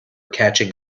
catching